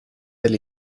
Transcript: del